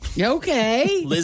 Okay